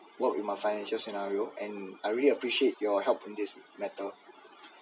work with my financial scenario and I really appreciate your help in this matter